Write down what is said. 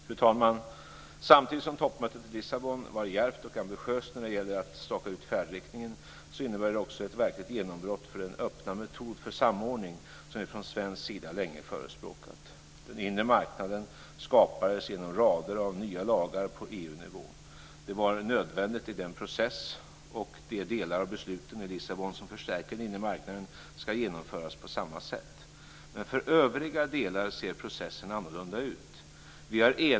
Fru talman! Samtidigt som toppmötet i Lissabon var djärvt och ambitiöst när det gäller att staka ut färdriktningen innebär det också ett verkligt genombrott för den öppna metod för samordning som vi från svensk sida länge förespråkat. Den inre marknaden skapades genom en rad nya lagar på EU-nivå. Det var nödvändigt i den processen, och de delar av besluten i Lissabon som förstärker den inre marknaden ska genomföras på samma sätt. Men för övriga delar ser processen annorlunda ut.